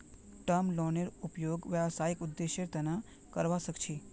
term लोनेर उपयोग व्यावसायिक उद्देश्येर तना करावा सख छी